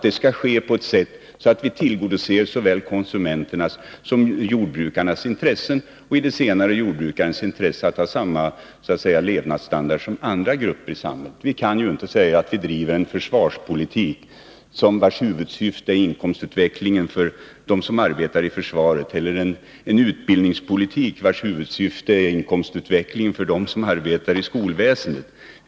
Det skall ske på sådant sätt att vi tillgodoser såväl konsumenternas som jordbrukarnas intressen. Det gäller även jordbrukarnas rätt till samma levnadsstandard som andra grupper i samhället. Vi kan inte driva en försvarspolitik vars huvudsyfte är att garantera inkomstutvecklingen för dem som arbetar i försvaret eller en utbildningspolitik vars huvudsyfte är att trygga inkomstutvecklingen för dem som arbetar i skolväsendet.